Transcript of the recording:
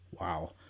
Wow